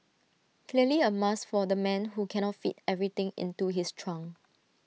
clearly A must for the man who cannot fit everything into his trunk